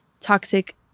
toxic